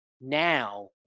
now